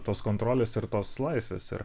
tos kontrolės ir tos laisvės ir